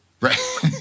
Right